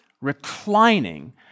reclining